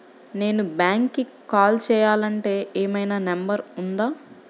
నేను బ్యాంక్కి కాల్ చేయాలంటే ఏమయినా నంబర్ ఉందా?